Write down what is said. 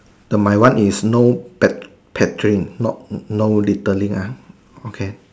the my one is no pat patrine no no littering ah okay